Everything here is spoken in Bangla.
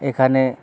এখানে